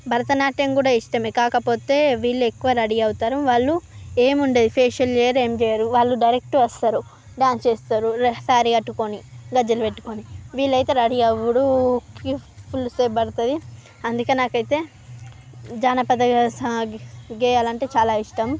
భరతనాట్యం కూడా ఇష్టమే కాకపోతే వీళ్ళు ఎక్కువ రెడీ అవుతారు వాళ్ళు ఏం ఉండదు ఫేషియల్ చేయరు ఏం చేయరు వాళ్ళు డైరెక్ట్ వస్తారు డ్యాన్స్ చేస్తారు శారీ కట్టుకొని గజ్జెలు పెట్టుకొని వీళ్లయితే రెడీ అవ్వుడు ఫుల్ సేపు పడతుంది అందుకే నాకైతే జానపద సాం గేయాలు అంటే చాలా ఇష్టం